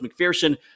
McPherson